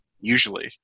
usually